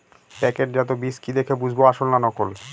প্যাকেটজাত বীজ কি দেখে বুঝব আসল না নকল?